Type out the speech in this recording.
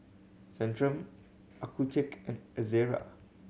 Centrum Accucheck and Ezerra